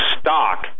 stock